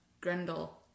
Grendel